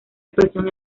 actuación